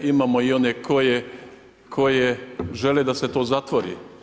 Imamo i one koji žele da se to zatvori.